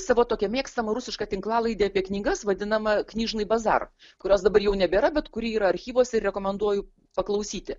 savo tokią mėgstama rusišką tinklalaidę apie knygas vadinamą knyžnyj bar kurios dabar jau nebėra bet kuri yra archyvuose ir rekomenduoju paklausyti